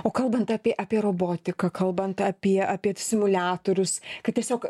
o kalbant apie apie robotiką kalbant apie apie simuliatorius kad tiesiog